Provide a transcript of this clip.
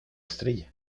estrella